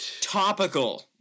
topical